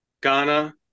Ghana